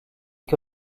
que